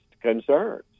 concerns